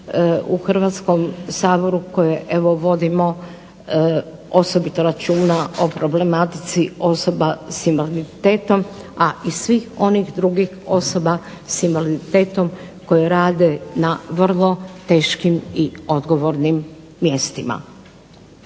u Hrvatskom saboru koje evo vodimo osobito računa o problematici osoba sa invaliditetom, a i svih onih drugih osoba sa invaliditetom koje rade na vrlo teškim i odgovornim mjestima.